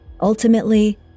Ultimately